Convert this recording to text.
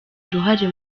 uruhare